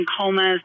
comas